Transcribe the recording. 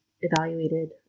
evaluated